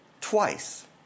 twice